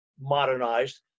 modernized